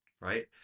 right